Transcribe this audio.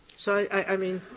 so i i mean,